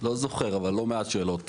לא זוכר, אבל לא מעט שאלות.